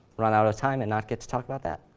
run out of time and not get to talk about that.